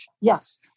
yes